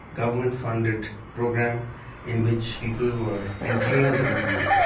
government-funded program in which people were entering and into.